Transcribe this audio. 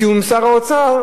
בתיאום עם שר האוצר,